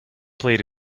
played